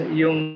yung